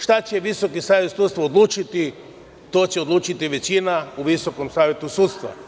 Šta će Visoki savet sudstva odlučiti, to će odlučiti većina u Visokom savetu sudstva.